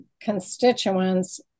constituents